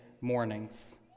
mornings